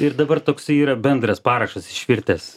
ir dabar toksai yra bendras parašas išvirtęs